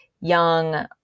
young